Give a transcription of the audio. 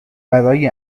برای